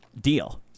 Deal